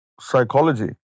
psychology